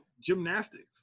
gymnastics